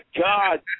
God